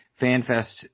FanFest